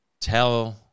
tell